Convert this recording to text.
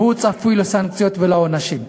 והוא צפוי לסנקציות ולעונשים.